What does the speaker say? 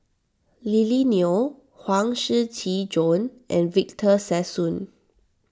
Lily Neo Huang Shiqi Joan and Victor Sassoon